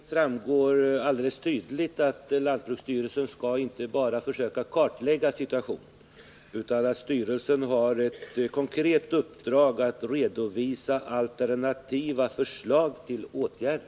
Herr talman! Av mitt svar framgår alldeles tydligt att lantbruksstyrelsen inte bara skall försöka kartlägga situationen utan att styrelsen också har ett konkret uppdrag att redovisa alternativa förslag till åtgärder.